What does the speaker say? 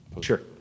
sure